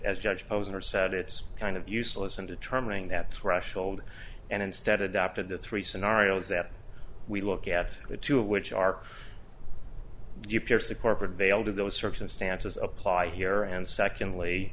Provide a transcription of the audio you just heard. said it's kind of useless in determining that threshold and instead adopted the three scenarios that we look at the two of which are you pierce the corporate veil do those circumstances apply here and secondly